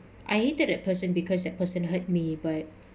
I hated that person because that person hurt me but